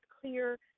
clear